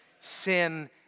sin